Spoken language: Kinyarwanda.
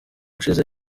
ushize